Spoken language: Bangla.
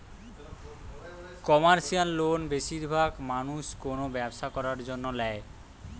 কমার্শিয়াল লোন বেশিরভাগ মানুষ কোনো ব্যবসা করার জন্য ল্যায়